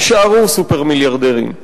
יישארו סופר-מיליארדרים.